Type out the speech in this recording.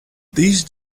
these